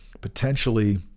potentially